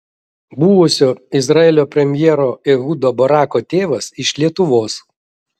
buvusio izraelio premjero ehudo barako tėvas iš lietuvos